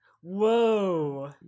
whoa